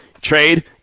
Trade